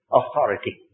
authority